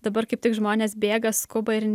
dabar kaip tik žmonės bėga skuba ir